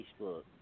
Facebook